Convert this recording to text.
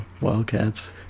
Wildcats